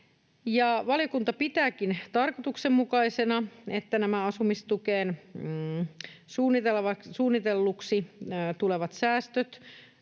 Valiokunta pitääkin tarkoituksenmukaisena, että nämä asumistukeen suunnitelluksi tulevat säästöt